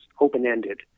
open-ended